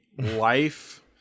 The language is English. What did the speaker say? life